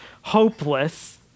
hopeless